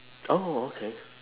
oh okay